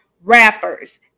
Rappers